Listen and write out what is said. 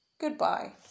goodbye